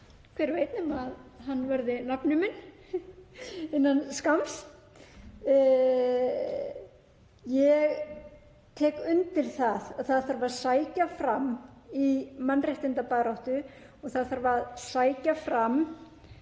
Hver veit nema hann verði nafni minn innan skamms. Ég tek undir það að það þarf að sækja fram í mannréttindabaráttu og það þarf að sækja fram